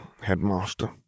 headmaster